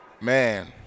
man